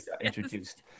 introduced